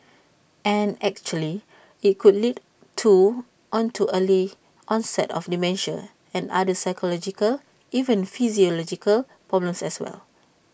and actually IT could lead to on to early onset of dementia and other psychological even physiological problems as well